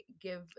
give